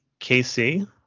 KC